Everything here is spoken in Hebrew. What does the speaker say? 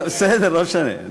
בסדר, לא משנה.